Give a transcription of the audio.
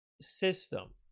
system